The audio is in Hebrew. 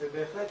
והיא בהחלט